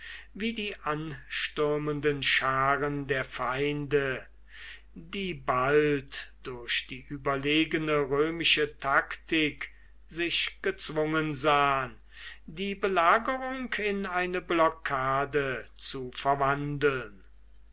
wie die anstürmenden scharen der feinde die bald durch die überlegene römische taktik sich gezwungen sahen die belagerung in eine blockade zu verwandeln